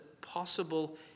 possible